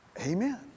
Amen